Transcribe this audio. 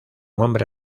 hombre